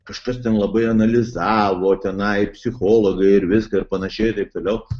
kažkas ten labai analizavo tenai psichologai ir viską ir panašiai taip toliau